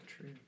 true